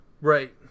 Right